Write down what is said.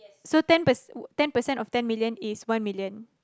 so ten percent ten percent of ten million is one million